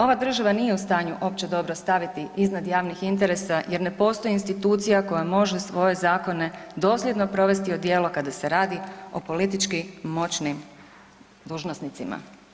Ova država nije u stanju opće dobro staviti iznad javnih interesa jer ne postoji institucija koja može svoje zakone dosljedno provesti u djelo kada se radi o politički moćnim dužnosnicima.